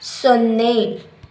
ಸೊನ್ನೆ